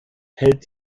hält